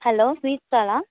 hello sweets ஸ்டாலா